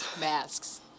masks